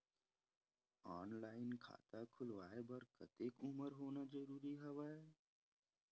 Online खाता खुलवाय बर कतेक उमर होना जरूरी हवय?